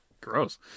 Gross